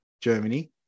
Germany